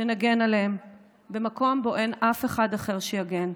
שנגן עליהן במקום שבו אין אף אחד אחר שיגן.